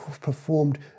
performed